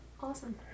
Awesome